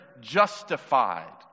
justified